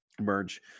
merge